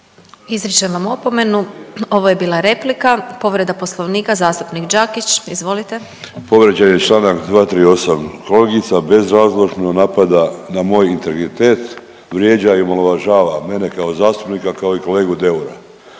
Izričem vam opomenu. Ovo je bila replika. Povreda Poslovnika zastupnik Đakić, izvolite. **Đakić, Josip (HDZ)** Povrijeđen je članak 238. Kolegica bezrazložno napada na moj integritet, vrijeđa i omalovažava mene kao zastupnika, kao i kolegu Deura.